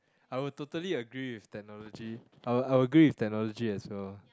I would totally agree with technology I'll I would agree with technology as well